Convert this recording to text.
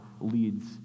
leads